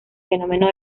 fenómeno